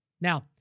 Now